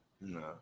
No